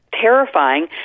terrifying